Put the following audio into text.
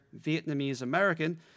Vietnamese-American